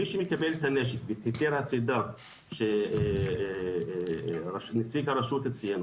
מי שמקבל את הנשק וקיבל הצידה שנציג הרשות הציע לו,